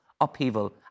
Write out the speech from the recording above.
upheaval